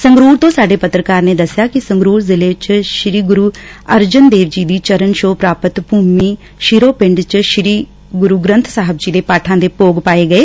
ਸੰਗਰੂਰ ਤੋਂ ਸਾਡੇ ਪੱਤਰਕਾਰ ਨੇ ਦਸਿਆ ਕਿ ਸੰਗਰੂਰ ਜ਼ਿਲ੍ਹੇ ਚ ਗੁਰੂ ਜੀ ਦੀ ਚਰਨਛੋਹ ਪ੍ਾਪਤ ਭੂਮੀ ਸ਼ਿਰੋ ਪਿੰਡ ਚ ਸ੍ਰੀ ਗੁਰੂ ਗ੍ਰੰਥ ਸਾਹਿਬ ਜੀ ਦੇ ਪਾਠਾਂ ਦੇ ਭੋਗ ਪਾਏ ਗਏ